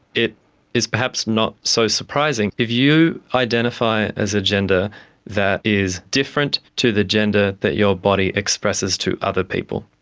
it is perhaps not so surprising. if you identify as a gender that is different to the gender that your body expresses to other people,